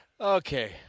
Okay